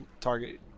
target